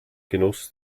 genuss